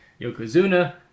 Yokozuna